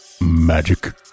Magic